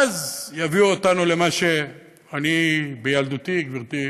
ואז יביאו אותנו למה שאני בילדותי, גברתי,